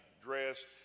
dress